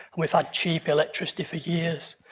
we've had cheap electricity for years.